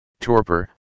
torpor